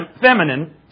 feminine